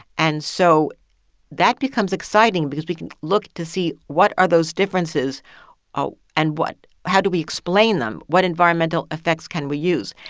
and so that becomes exciting because we can look to see what are those differences ah and what how do we explain them? what environmental effects can we use?